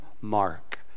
mark